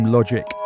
Logic